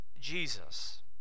Jesus